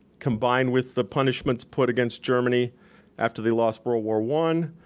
combined with the punishments put against germany after they lost world war one.